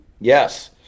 yes